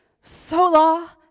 sola